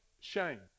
shame